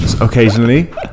Occasionally